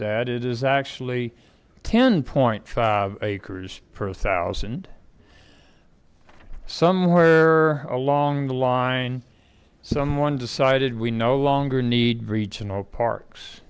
that it is actually ten point five acres per thousand somewhere along the line someone decided we no longer need regional parks